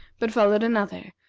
but followed another,